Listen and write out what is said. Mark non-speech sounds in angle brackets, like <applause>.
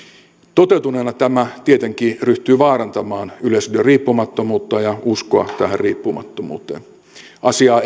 toteutuneena tämä tietenkin ryhtyy vaarantamaan yleisradion riippumattomuutta ja uskoa tähän riippumattomuuteen asiaa <unintelligible>